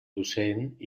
docent